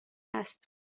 است